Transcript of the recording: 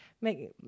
make